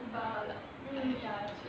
!wah! lah ya I should